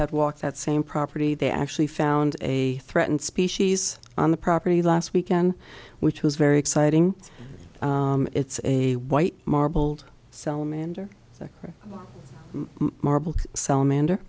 had walked that same property they actually found a threatened species on the property last weekend which was very exciting it's a white marble cell mander marble salamander